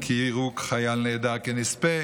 כי יראו חייל נעדר כנספה.